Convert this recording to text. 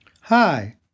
Hi